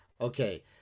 okay